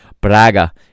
Braga